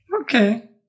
Okay